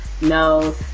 no